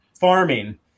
farming